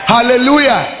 Hallelujah